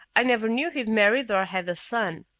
i never knew he'd married or had a son.